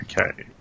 Okay